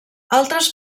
altres